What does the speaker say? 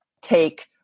take